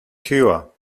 cure